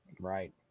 right